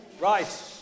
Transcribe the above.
Right